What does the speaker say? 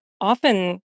often